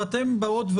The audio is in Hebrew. ואתן אומרות: